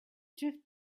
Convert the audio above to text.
drift